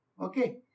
Okay